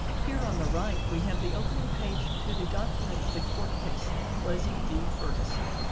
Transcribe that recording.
here on the right, we have the opening page to the document of the court case, plessy v. ferguson